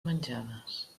menjades